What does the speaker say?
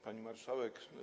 Pani Marszałek!